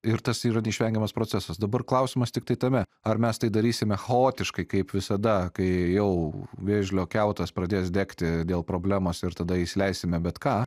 ir tas yra neišvengiamas procesas dabar klausimas tiktai tame ar mes tai darysime chaotiškai kaip visada kai jau vėžlio kiautas pradės degti dėl problemos ir tada įsileisime bet ką